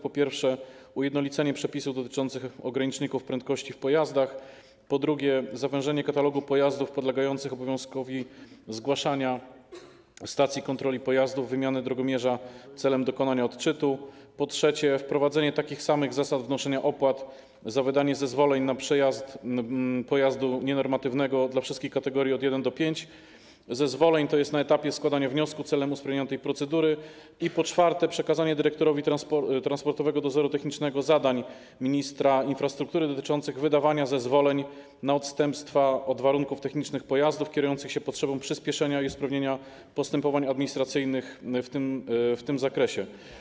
Po pierwsze, jest to ujednolicenie przepisów dotyczących ograniczników prędkości w pojazdach, po drugie, zawężenie katalogu pojazdów podlegających obowiązkowi zgłaszania stacji kontroli pojazdów wymiany drogomierza celem dokonania odczytu, po trzecie, wprowadzenie takich samych zasad wnoszenia opłat za wydanie zezwoleń na przejazd pojazdu nienormatywnego dla wszystkich kategorii od I do V na etapie składania wniosku celem usprawnienia tej procedury, po czwarte, przekazanie dyrektorowi Transportowego Dozoru Technicznego zadań ministra infrastruktury dotyczących wydawania zezwoleń na odstępstwa od warunków technicznych pojazdów w celu przyspieszenia i usprawnienia postępowań administracyjnych w tym zakresie.